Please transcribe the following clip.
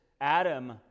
Adam